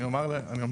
אני אומר לאדוני,